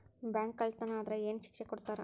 Bank ಕಳ್ಳತನಾ ಆದ್ರ ಏನ್ ಶಿಕ್ಷೆ ಕೊಡ್ತಾರ?